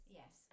yes